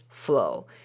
flow